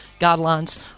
guidelines